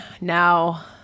now